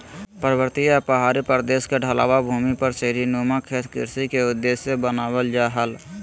पर्वतीय या पहाड़ी प्रदेश के ढलवां भूमि पर सीढ़ी नुमा खेत कृषि के उद्देश्य से बनावल जा हल